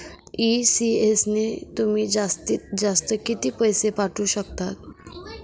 ECS ने तुम्ही जास्तीत जास्त किती पैसे पाठवू शकतात?